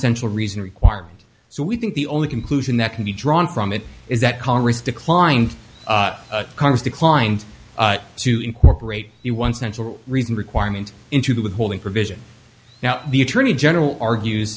central reason required so we think the only conclusion that can be drawn from it is that congress declined congress declined to incorporate the one central reason requirement into with holding provision now the attorney general argue